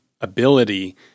ability